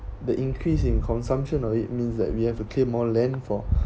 the increase in consumption of it means that we have to clear more land for